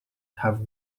have